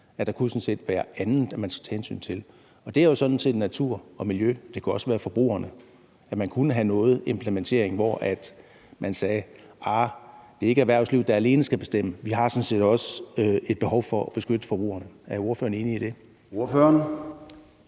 Der kunne være andet, man skulle tage hensyn til, og det er natur og miljø, men det kunne også være forbrugerne. Man kunne have noget implementering, hvor man sagde: Det er ikke erhvervslivet, der alene skal bestemme, vi har sådan set også et behov for at beskytte forbrugerne. Er ordføreren enig i det? Kl.